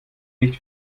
nicht